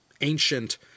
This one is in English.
ancient